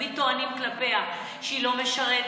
שתמיד טוענים כלפיה שהיא לא משרתת,